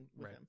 right